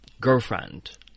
girlfriend